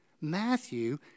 Matthew